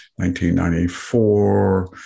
1994